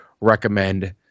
recommend